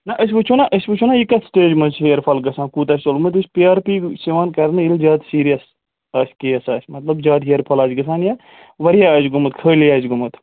نَہ أسۍ وٕچھو نَہ أسۍ وٕچھو نَہ یہِ کَتھ سِٹیج منٛز چھِ ہِیَر فال گژھان کوٗتاہ چھِ ژوٚلمُت یُس پی آر پی چھِ یِوان کَرنہٕ ییٚلہِ زیادٕ سیٖریَس آسہِ کیس آسہِ مطلب زیادٕ ہِیَر فال آسہِ گژھان یا واریاہ آسہِ گوٚمُت خٲلی آسہِ گوٚمُت